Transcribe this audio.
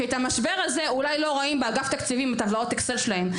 כי את המשבר הזה אולי לא רואים באגף תקציבים עם טבלאות האקסל שלהם,